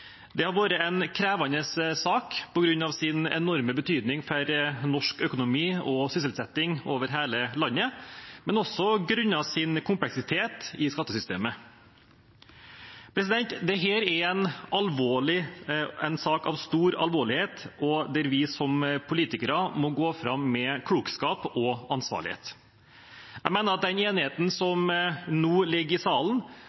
Det har vært en krevende sak på grunn av dens enorme betydning for norsk økonomi og sysselsetting over hele landet, men også grunnet sin kompleksitet i skattesystemet. Dette er en sak av stor alvorlighet, der vi som politikere må gå fram med klokskap og ansvarlighet. Jeg mener at den enigheten som nå ligger i salen,